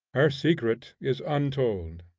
her secret is untold.